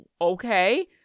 okay